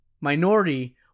minority